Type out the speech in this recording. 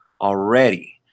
already